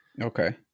okay